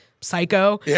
Psycho